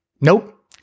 nope